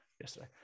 yesterday